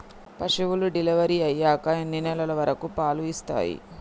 పశువులు డెలివరీ అయ్యాక ఎన్ని నెలల వరకు పాలు ఇస్తాయి?